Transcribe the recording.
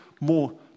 more